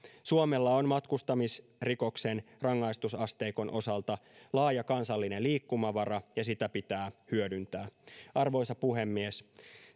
suomella on matkustamisrikoksen rangaistusasteikon osalta laaja kansallinen liikkumavara ja sitä pitää hyödyntää arvoisa puhemies